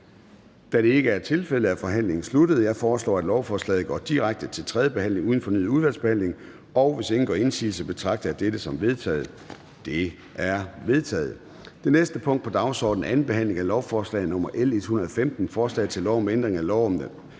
Da det ikke er tilfældet, er forhandlingen sluttet. Jeg foreslår, at lovforslaget går direkte til tredje behandling uden fornyet udvalgsbehandling. Hvis ingen gør indsigelse, betragter jeg dette som vedtaget. Det er vedtaget. --- Det næste punkt på dagsordenen er: 23) 2. behandling af lovforslag nr. L 108: Forslag til lov om ændring af lov om almene